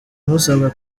musabwa